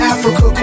Africa